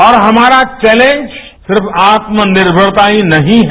और हमारा चौलेंज सिर्फ आत्मनिर्मरता ही नहीं है